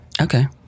okay